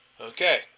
Okay